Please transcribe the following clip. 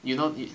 you know